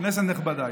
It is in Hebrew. כנסת נכבדה,